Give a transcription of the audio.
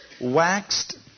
waxed